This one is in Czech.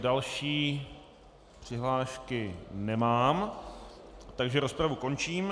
Další přihlášky nemám, takže rozpravu končím.